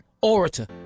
Orator